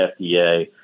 FDA